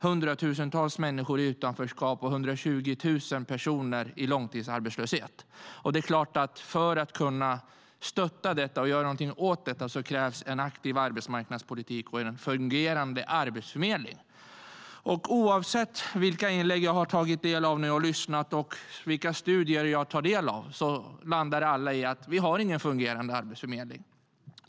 Hundratusentals människor befinner sig i utanförskap och 120 000 i långtidsarbetslöshet. För att kunna göra något åt detta krävs en aktiv arbetsmarknadspolitik och en fungerande arbetsförmedling. Oavsett vilka inlägg jag har lyssnat till och vilka studier jag tagit del av landar alla i att vi inte har någon fungerande arbetsförmedling.